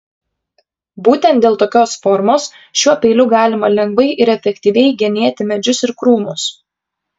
būtent dėl tokios formos šiuo peiliu galima lengvai ir efektyviai genėti medžius ir krūmus